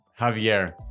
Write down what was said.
javier